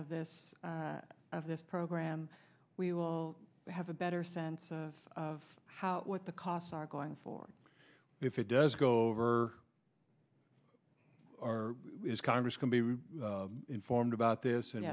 of this of this program we will have a better sense of how what the costs are going for if it does go over our congress can be informed about this and